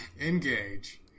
Engage